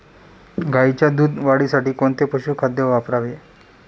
गाईच्या दूध वाढीसाठी कोणते पशुखाद्य वापरावे?